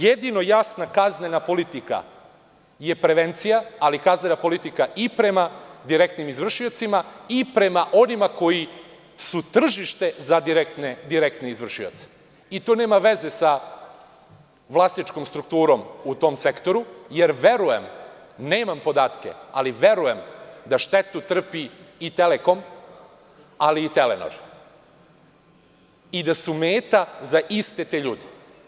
Jedino jasna kaznena politika je prevencija, ali i kaznena politika prema direktnim izvršiocima i prema onima koji su tržište za direktne izvršioce i to nema veze sa vlasničkom strukturom u tom sektoru, jer verujem, nemam podatke, da štetu trpi i „Telekom“ ali i „Telenor“ i da su meta za iste te ljude.